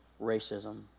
racism